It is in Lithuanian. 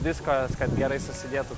viskas kad gerai susidėtų